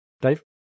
Dave